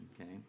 Okay